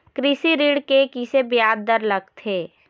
कृषि ऋण के किसे ब्याज दर लगथे?